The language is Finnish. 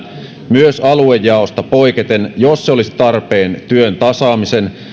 myös aluejaosta poiketen jos se olisi tarpeen työn tasaamisen